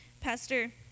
Pastor